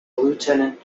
lieutenant